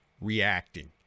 reacting